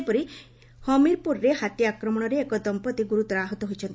ସେହିପରି ହମିରପୁରରେ ହାତୀ ଆକ୍ରମଣରେ ଏକ ଦମ୍ମତି ଗୁର୍ତର ଆହତ ହୋଇଛନ୍ତି